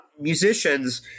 musicians